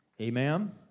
Amen